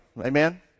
amen